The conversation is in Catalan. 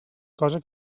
cosa